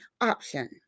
option